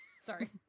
Sorry